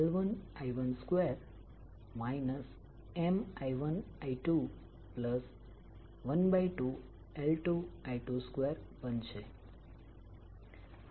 તેથી તમે એમ કહી શકો કે અહી ટોટલ ચુંબકીય ફ્લક્સ 11112છે